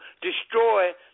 destroy